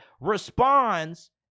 responds